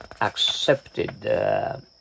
accepted